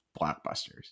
blockbusters